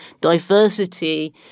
diversity